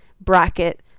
bracket